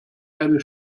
eine